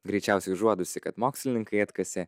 greičiausiai užuodusi kad mokslininkai atkasė